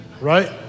right